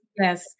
Yes